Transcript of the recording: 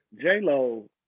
J-Lo